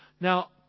Now